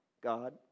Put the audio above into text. God